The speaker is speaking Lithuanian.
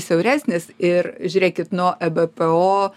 siauresnės ir žiūrėkit nuo ebpo